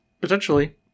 Potentially